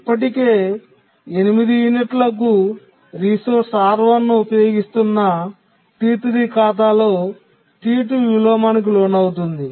ఇప్పటికే 8 యూనిట్లకు resource R1 ను ఉపయోగిస్తున్న T3 ఖాతాలో T2 విలోమానికి లోనవుతుంది